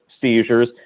seizures